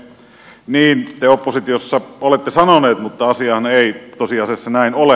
niin te oppositiossa olette sanoneet mutta asiahan ei tosiasiassa näin ole